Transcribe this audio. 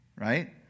Right